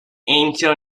angel